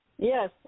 Yes